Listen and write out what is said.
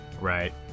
Right